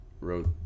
wrote